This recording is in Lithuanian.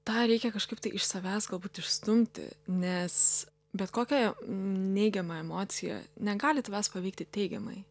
tą reikia kažkaip tai iš savęs galbūt išstumti nes bet kokia neigiama emocija negali tavęs paveikti teigiamai